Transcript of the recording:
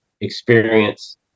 experience